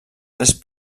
tres